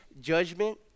judgment